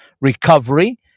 recovery